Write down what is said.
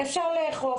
אפשר לאכוף,